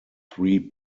three